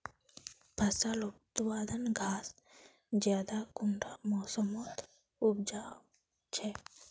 फसल उत्पादन खाद ज्यादा कुंडा मोसमोत उपजाम छै?